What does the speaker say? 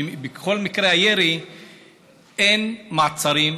כל עוד ארדן הוא השר לביטחון הפנים,